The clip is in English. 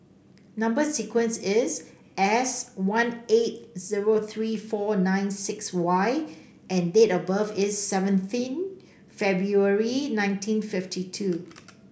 number sequence is S one eight zero three four nine six Y and date of birth is seventeen February nineteen fifty two